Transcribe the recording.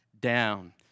down